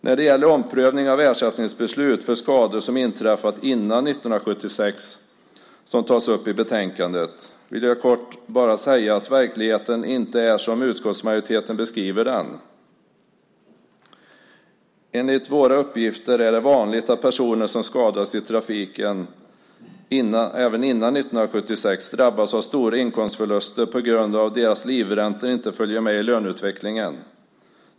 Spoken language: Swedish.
När det gäller omprövning av ersättningsbeslut för skador som inträffat innan 1976 som tas upp i betänkandet vill jag kort bara säga att verkligheten inte är som utskottsmajoriteten beskriver den. Enligt våra uppgifter är det vanligt att personer som även innan 1976 skadats i trafiken drabbas av stora inkomstförluster på grund av att deras livräntor inte följer med i löneutvecklingen.